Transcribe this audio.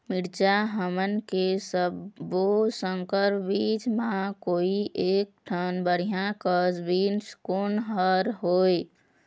मिरचा हमन के सब्बो संकर बीज म कोई एक ठन बढ़िया कस बीज कोन हर होए?